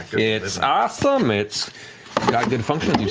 it's awesome, it's got good function,